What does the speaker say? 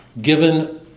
given